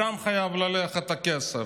לשם חייב ללכת הכסף.